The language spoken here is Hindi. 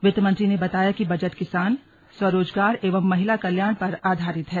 वित्त मंत्री ने बताया कि बजट किसान स्वरोजगार एवं महिला कल्याण पर अधारित है